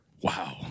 Wow